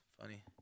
funny